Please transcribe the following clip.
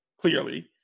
clearly